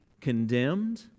condemned